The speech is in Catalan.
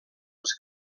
els